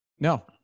No